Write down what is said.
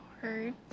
hard